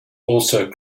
also